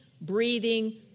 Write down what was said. breathing